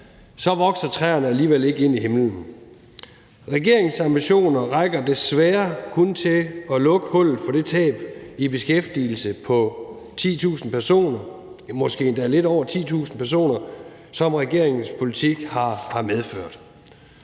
vokser træerne alligevel ikke ind i himlen. Regeringens ambitioner rækker desværre kun til at lukke hullet for det tab i beskæftigelse på 10.000 personer, ja, måske endda lidt over 10.000 personer, som regeringens politik har medført.